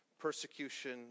persecution